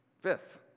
Fifth